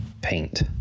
paint